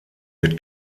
wird